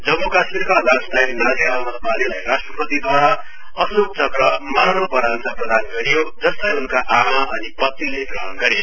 जम्मू काशमीरका लान्सनायक नाजीर अहमद वाणीलाई राष्ट्रपतिद्वारा अशोक चक्र मरणोपरान्त प्रदान गरियो जसलाई उनका आमा अनि पत्रीले ग्रहण गरे